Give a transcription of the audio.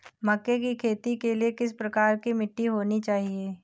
मक्के की खेती के लिए किस प्रकार की मिट्टी होनी चाहिए?